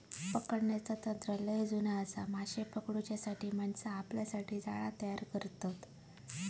पकडण्याचा तंत्र लय जुना आसा, माशे पकडूच्यासाठी माणसा आपल्यासाठी जाळा तयार करतत